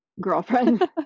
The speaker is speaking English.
girlfriend